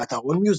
באתר AllMusic